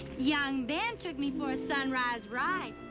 young ben took me for a sunrise ride,